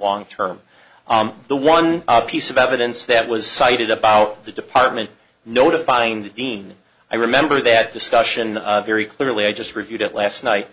long term the one piece of evidence that was cited about the department notifying the dean i remember that discussion very clearly i just reviewed it last night